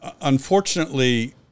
unfortunately